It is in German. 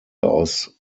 aus